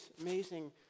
amazing